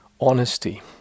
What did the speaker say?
honesty